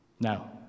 Now